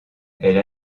elle